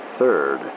third